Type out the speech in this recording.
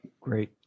Great